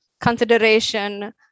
consideration